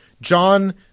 John